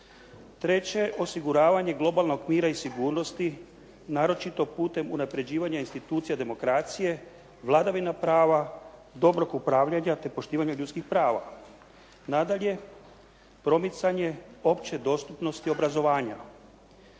Treće, osiguravanje globalnog mira i sigurnosti naročito putem unapređivanja institucija demokracije, vladavina prava, dobrog upravljanja te poštivanja ljudskih prava. Nadalje promicanje opće dostupnosti obrazovanja.